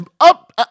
up